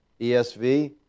ESV